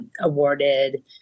awarded